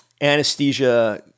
anesthesia